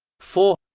four